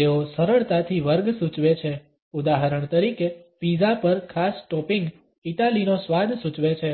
તેઓ સરળતાથી વર્ગ સૂચવે છે ઉદાહરણ તરીકે પિઝા પર ખાસ ટોપિંગ ઇટાલીનો સ્વાદ સૂચવે છે